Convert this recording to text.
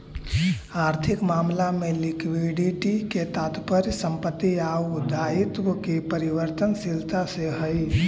आर्थिक मामला में लिक्विडिटी के तात्पर्य संपत्ति आउ दायित्व के परिवर्तनशीलता से हई